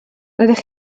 rydych